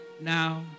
now